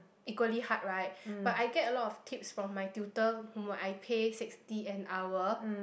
equally hard right but I get a lot of tips from my tutor whom I paid sixty an hour